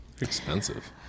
expensive